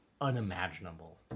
unimaginable